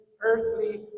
earthly